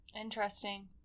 Interesting